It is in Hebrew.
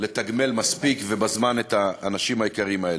לתגמל מספיק ובזמן את האנשים היקרים האלה.